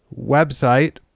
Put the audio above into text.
website